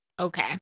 Okay